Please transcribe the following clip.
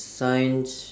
science